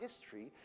history